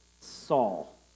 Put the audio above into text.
Saul